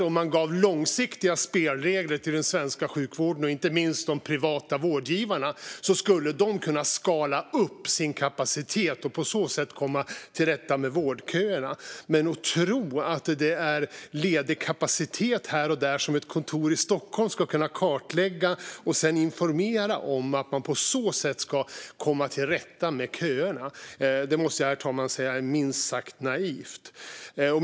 Om man gav långsiktiga spelregler till den svenska sjukvården, inte minst de privata vårdgivarna, skulle de kunna skala upp sin kapacitet och på så sätt komma till rätta med vårdköerna. Men att tro att man ska kunna komma till rätta med köerna genom att ett kontor i Stockholm kartlägger och informerar om den lediga kapacitet som finns här och där är minst sagt naivt, herr talman.